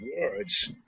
words